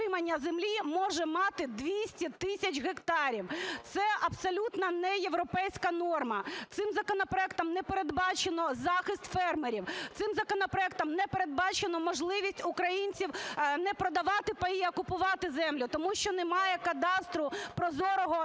утримання землі може мати 200 тисяч гектарів. Це абсолютно неєвропейська норма. Цим законопроектом не передбачено захист фермерів, цим законопроектом не передбачено можливість українців не продавати паї, а купувати землю. Тому що немає кадастру прозорого